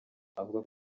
avuga